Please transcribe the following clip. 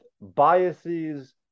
biases